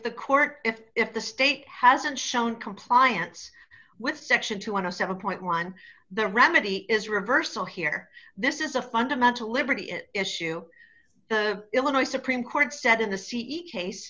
the court if if the state hasn't shown compliance with section two want to seven point one the remedy is reversal here this is a fundamental liberty it issue illinois supreme court said in the c e case